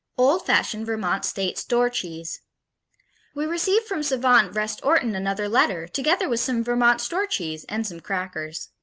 old-fashioned vermont state store cheese we received from savant vrest orton another letter, together with some vermont store cheese and some crackers.